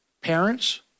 Parents